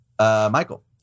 Michael